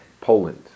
Poland